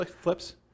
flips